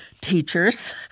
teachers